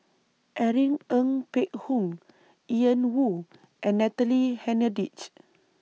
Irene Ng Phek Hoong Ian Woo and Natalie Hennedige